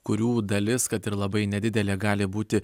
kurių dalis kad ir labai nedidelė gali būti